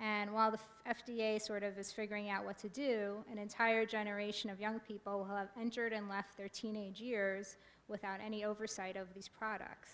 and while the f d a sort of is figuring out what to do an entire generation of young people have entered and left their teenage years without any oversight of these products